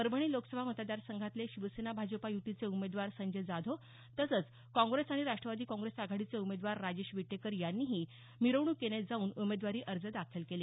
परभणी लोकसभा मतदार संघातले शिवसेना भाजपा युतीचे उमेदवार संजय जाधव तसंच काँग्रेस आणि राष्ट्रवादी काँग्रेस आघाडीचे उमेदवार राजेश विटेकर यांनीही मिरवणुकीने जाऊन उमेदवारी अर्ज दाखल केले